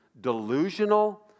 delusional